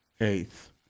Eighth